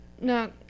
no